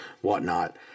whatnot